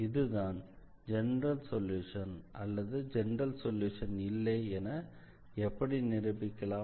இதுதான் general solution அல்லது general solution இல்லை என எப்படி நிரூபிக்கலாம்